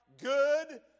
Good